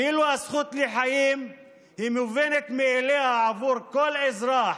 כאילו הזכות לחיים היא מובנת מאליה עבור כל אזרח,